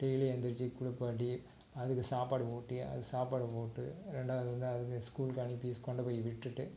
daily எழுந்திருச்சி குளிப்பாட்டி அதுக்கு சாப்பாடு ஊட்டி அதுக்கு சாப்பாடு போட்டு ரெண்டாவது வந்து அதுக்கு ஸ்கூலுக்கு அனுப்பி ஸ் கொண்டு போய் விட்டுட்டு